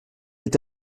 est